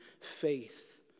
faith